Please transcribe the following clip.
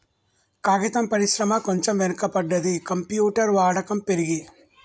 కాగితం పరిశ్రమ కొంచెం వెనక పడ్డది, కంప్యూటర్ వాడకం పెరిగి